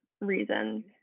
reason